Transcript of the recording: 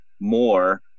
more